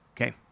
Okay